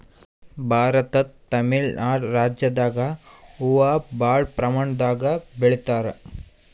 ಭಾರತದ್ ತಮಿಳ್ ನಾಡ್ ರಾಜ್ಯದಾಗ್ ಹೂವಾ ಭಾಳ್ ಪ್ರಮಾಣದಾಗ್ ಬೆಳಿತಾರ್